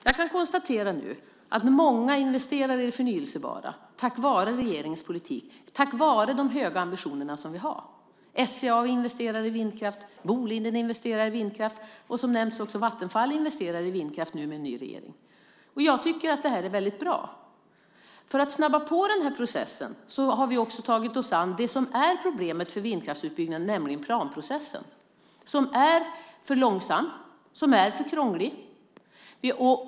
Jag kan konstatera att många investerar i det förnybara nu tack vare regeringens politik, tack vare de höga ambitionerna som vi har. SCA och Boliden investerar i vindkraft. Som nämnts investerar också Vattenfall i vindkraft nu med en ny regering. Jag tycker att det är väldigt bra. För att snabba på den här processen har vi också tagit oss an det som är problemet för vindkraftsutbyggnaden, nämligen planprocessen. Den är för långsam och för krånglig.